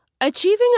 Achieving